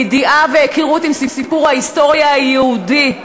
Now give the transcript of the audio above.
וידיעה והיכרות עם סיפור ההיסטוריה היהודי.